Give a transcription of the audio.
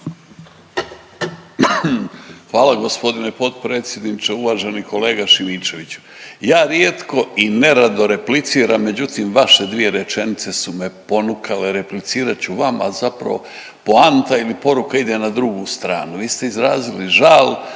Hvala gospodine potpredsjedniče. Uvaženi kolega Šimičević ja rijetko i nerado repliciram međutim vaše dvije rečenice su me ponukale. Replicirat ću vama ali zapravo poanta ili poruka ide na drugu stranu. Vi ste izrazili žal